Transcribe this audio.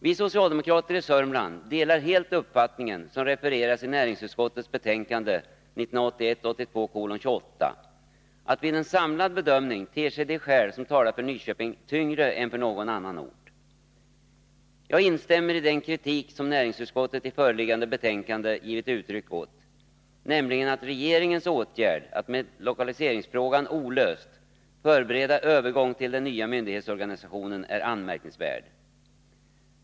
Vi socialdemokrater i Sörmland delar helt den uppfattning som refereras i näringsutskottets betänkande 1981/82:28 att de skäl som talar för Nyköping vid en samlad bedömning ter sig tyngre än skälen för någon annan ort. Jag instämmer i den kritik som näringsutskottet i föreliggande betänkande givit uttryck åt, nämligen att regeringens åtgärd att med lokaliseringsfrågan olöst förbereda övergång till den nya myndighetsorganisationen är anmärkningsvärd.